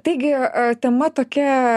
taigi tema tokia